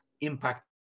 impact